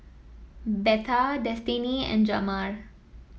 Betha Destinee and Jamar